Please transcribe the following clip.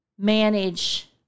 manage